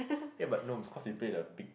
eh but no because we play the big